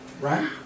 Right